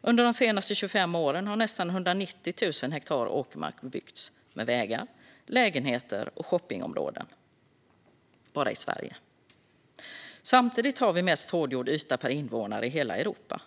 Under de senaste 25 åren har närmare 190 000 hektar åkermark bebyggts med vägar, lägenheter och shoppingområden bara i Sverige. Samtidigt har vi mest hårdgjord yta per invånare i hela Europa.